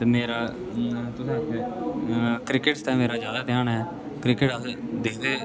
ते मेरा तुसे ते क्रिकेट आस्तै मेरा जादे धयान ऐ क्रिकेट अस दिखदे